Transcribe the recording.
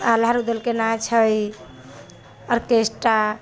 आल्हा रूदल के नाच हइ ऑर्केस्ट्रा